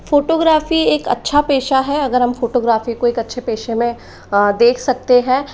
photography एक अच्छा पेशा है अगर हम फोटोग्राफी को एक अच्छे पेशे में देख सकते है